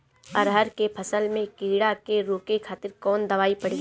अरहर के फसल में कीड़ा के रोके खातिर कौन दवाई पड़ी?